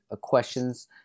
questions